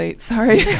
Sorry